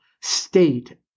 state